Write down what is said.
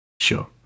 Sure